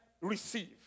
receive